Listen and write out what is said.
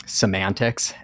semantics